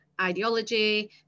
ideology